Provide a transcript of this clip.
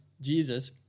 Jesus